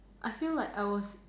I feel like I was